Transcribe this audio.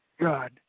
God